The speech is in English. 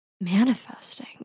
manifesting